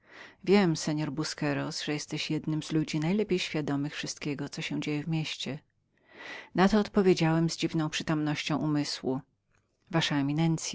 wiem mości busqueros że jesteś jednym z ludzi najlepiej świadomych wszystkiego co się dzieje w mieście na to odpowiedziałem z dziwną przytomnością umysłu wasza